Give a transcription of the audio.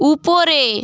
উপরে